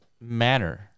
manner